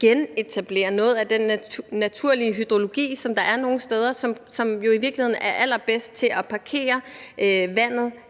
genetablere noget af den naturlige hydrologi, som der er nogle steder, og som jo i virkeligheden er allerbedst til at parkere vandet